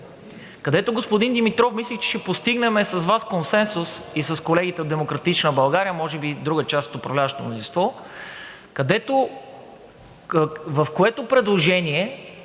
Господин Димитров, мислех, че ще постигнем с Вас консенсус и с колегите от „Демократична България“, а може би и с друга част от управляващото мнозинство, в което предложение